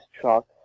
truck